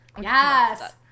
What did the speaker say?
Yes